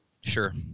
Sure